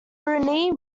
brunei